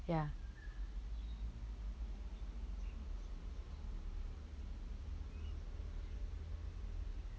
ya